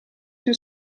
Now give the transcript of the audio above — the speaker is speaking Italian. più